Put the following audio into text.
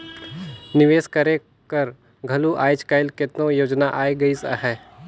निवेस करे कर घलो आएज काएल केतनो योजना आए गइस अहे